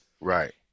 Right